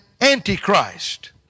antichrist